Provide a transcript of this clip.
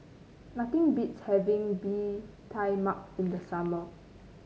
nothing beats having Bee Tai Mak in the summer